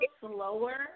slower